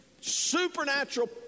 supernatural